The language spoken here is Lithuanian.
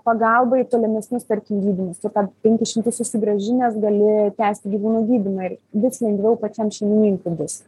pagalba į tolimesnius tarkim gydymus tu tą penkis šimtus susigrąžinęs gali tęsti gyvūno gydymą ir vis lengviau pačiam šeimininkui bus